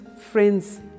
friends